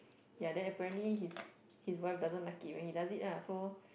ya then apparently his his wife doesn't like it when he does it ah so